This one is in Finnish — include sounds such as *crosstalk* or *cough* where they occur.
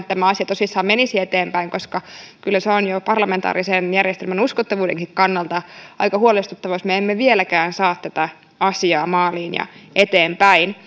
*unintelligible* tämä tosissaan menisi eteenpäin koska kyllä se on jo parlamentaarisen järjestelmän uskottavuudenkin kannalta aika huolestuttavaa jos me emme vieläkään saa tätä asiaa maaliin ja eteenpäin *unintelligible*